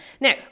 now